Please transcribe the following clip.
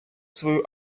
свою